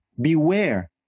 Beware